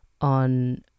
on